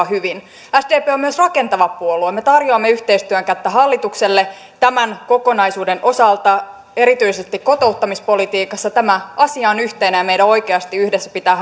hyvin sdp on myös rakentava puolue me tarjoamme yhteistyön kättä hallitukselle tämän kokonaisuuden osalta erityisesti kotouttamispolitiikassa tämä asia on yhteinen ja meidän oikeasti pitää